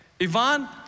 Ivan